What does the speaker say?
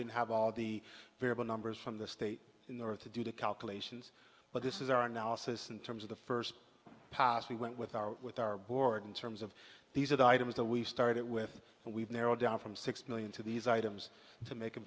didn't have all the variable numbers from the state in order to do the calculations but this is our analysis in terms of the first pass we went with our with our board in terms of these are the items that we started it with and we've narrowed down from six million to these items to mak